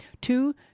two